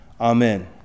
Amen